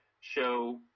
show